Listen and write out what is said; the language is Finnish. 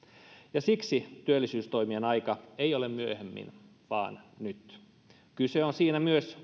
ja siksi työllisyystoimien aika ei ole myöhemmin vaan nyt kyse on siinä myös